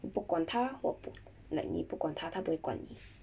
你不管他我不 like 你不管他他不会管你